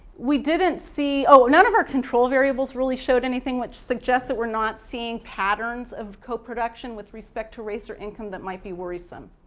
we didn't see, oh, none of our control variables really showed anything which suggests that we're not seeing patterns of coproduction with respect to race or income that might be worrisome.